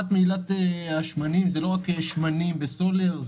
תופעת מהילת השמנים זה לא רק שמנים וסולר,